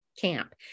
camp